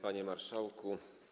Panie Marszałku!